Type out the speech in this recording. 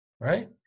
Right